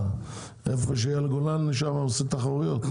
איפה שאייל גולן שם עושה תחרויות?